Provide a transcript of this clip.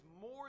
more